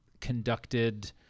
conducted